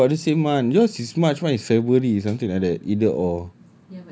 ya it's about the same month yours is march mine is february something like that either or